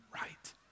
right